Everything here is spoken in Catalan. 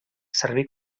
serví